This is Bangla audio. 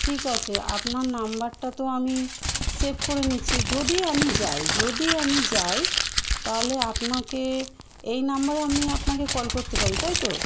ঠিক আছে আপনার নাম্বারটা তো আমি সেভ করে নিচ্ছি যদি আমি যাই যদি আমি যাই তাহলে আপনাকে এই নাম্বারে আমি আপনাকে কল করতে পারি তাই তো